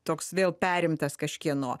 toks vėl perimtas kažkieno